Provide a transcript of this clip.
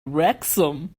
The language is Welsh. wrecsam